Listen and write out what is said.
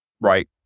right